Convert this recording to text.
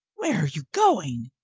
where are you going?